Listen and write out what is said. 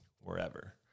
wherever